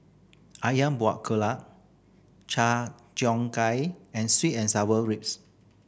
Ayam Buah Keluak char cheong gai and sweet and sour ribs